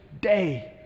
day